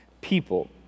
people